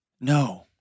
No